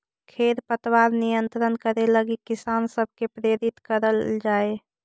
खेर पतवार नियंत्रण करे लगी किसान सब के प्रेरित करल जाए